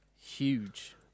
Huge